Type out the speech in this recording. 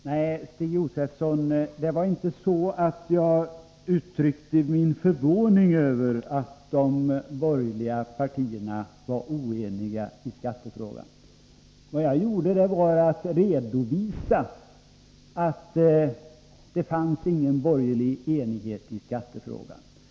Herr talman! Nej, Stig Josefson, jag uttryckte inte min förvåning över att de borgerliga partierna var oeniga i skattefrågan. Jag framhöll bara att det inte finns någon borgerlig enighet i skattefrågan.